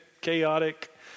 chaotic